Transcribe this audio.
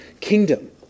Kingdom